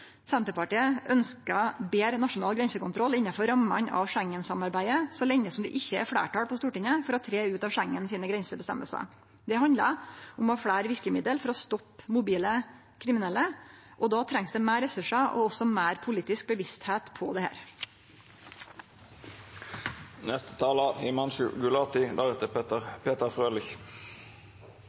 Senterpartiet ønskjer betre nasjonal grensekontroll innanfor rammene av Schengensamarbeidet så lenge det ikkje er fleirtal på Stortinget for å tre ut av Schengen sine grenseføresegner. Det handlar om å ha fleire verkemiddel for å stoppe mobile kriminelle, og då trengst det meir ressursar og også meir politisk